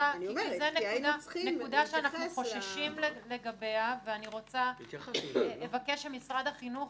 זו נקודה שאנחנו חוששים לגביה ואני רוצה לבקש שמשרד החינוך